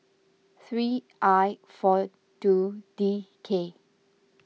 three I four two D K